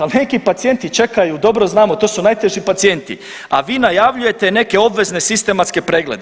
Ali neki pacijenti čekaju, dobro znamo to su najteži pacijenti, a vi najavljujete neke obvezne sistematske preglede.